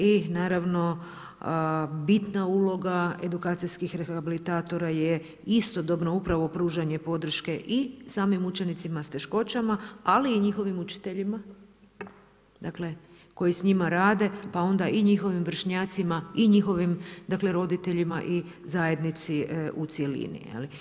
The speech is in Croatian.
I naravno bitna uloga edukacijskih rehabilitatora je istodobno upravo pružanje podrške i samim učenicima s teškoćama ali i njihovim učiteljima koji s njima rade pa onda i njihovim vršnjacima i njihovim roditeljima i zajednici u cjelini.